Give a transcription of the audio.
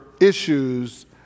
issues